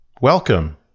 Welcome